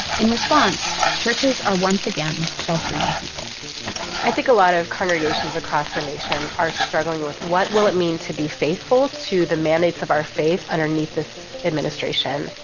in response, churches are once again sheltering people i think a lot of congregations across the nation are struggling with what will it mean to be faithful to the mandates of our faith underneath this administration?